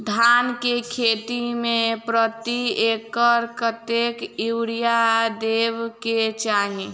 धान केँ खेती मे प्रति एकड़ कतेक यूरिया देब केँ चाहि?